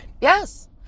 Yes